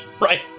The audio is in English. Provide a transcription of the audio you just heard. Right